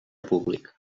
públic